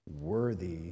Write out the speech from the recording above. Worthy